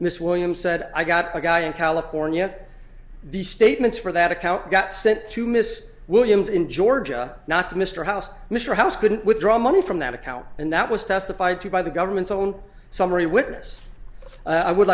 miss williams said i got a guy in california these statements for that account got sent to miss williams in georgia not to mr house mr house couldn't withdraw money from that account and that was testified to by the government's own summary witness i would